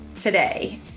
today